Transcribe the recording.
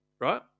right